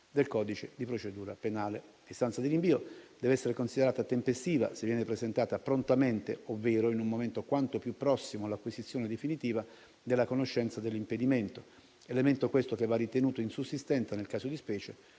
del codice di procedura penale. L'istanza di rinvio deve essere considerata tempestiva se viene presentata prontamente, ovvero in un momento quanto più prossimo all'acquisizione definitiva della conoscenza dell'impedimento, elemento questo che va ritenuto insussistente nel caso di specie,